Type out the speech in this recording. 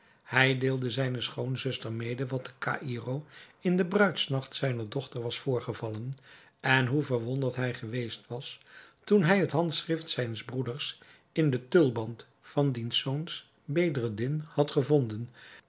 hij deelde zijne schoonzuster mede wat te caïro in den bruidsnacht zijner dochter was voorgevallen en hoe verwonderd hij geweest was toen hij het handschrift zijns broeders in den tulband van diens zoon bedreddin had gevonden